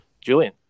Julian